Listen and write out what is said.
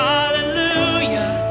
Hallelujah